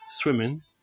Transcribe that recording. swimming